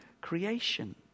creation